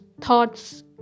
thoughts